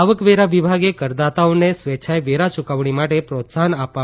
આવકવેરા વિભાગે કરદાતાઓને સ્વેચ્છાએ વેરા ચૂકવણી માટે પ્રોત્સાહન આપવા